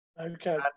Okay